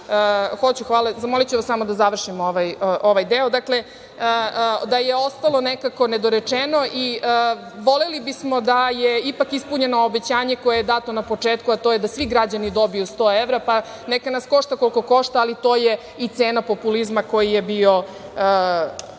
Hvala. Zamoliću vas samo da završim ovaj deo. Dakle, da je ostalo nekako nedorečeno. Voleli bismo da je ipak ispunjeno obećanje koje je dato na početku, a to je da svi građani dobiju 100 evra, pa neka nas košta koliko košta, ali to je i cena populizma koji je bio